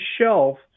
shelf